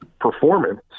performance